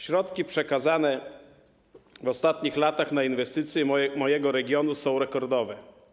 Środki przekazane w ostatnich latach na inwestycje mojego regionu są rekordowe.